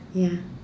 ya